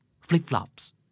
Flip-flops